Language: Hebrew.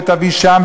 ותביא שם,